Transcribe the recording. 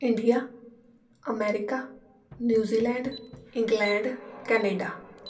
India America New Zealand England Canada